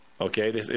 okay